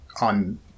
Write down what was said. on